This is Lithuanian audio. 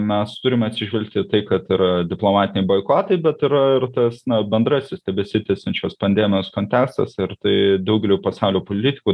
mes turime atsižvelgti į tai kad ir diplomatiniai boikotai bet yra ir tas na bendrasis tebesitęsiančios pandemijos kontekstas ir tai daugeliui pasaulio politikų